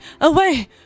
away